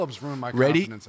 Ready